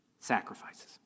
sacrifices